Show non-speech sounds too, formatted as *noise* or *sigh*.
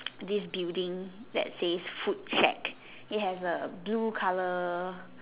*noise* this building that says food shack it has a blue colour